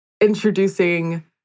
introducing